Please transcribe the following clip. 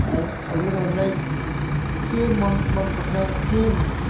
ह हजुरहरूलाई के मन मन पर्छ के